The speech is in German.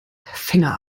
finger